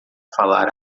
falar